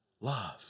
love